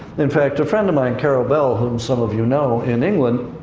in fact, a friend of mine, carol bell, whom some of you know, in england,